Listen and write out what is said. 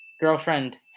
girlfriend